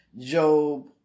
Job